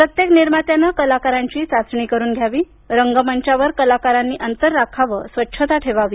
प्रत्येक निर्मात्याने कलाकारांची चाचणी करुन घ्यावी रंगमंचावर कलाकारांनी अंतर राखावे स्वच्छता ठेवावी